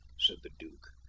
said the duke.